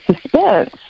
suspense